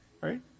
right